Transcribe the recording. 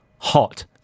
hot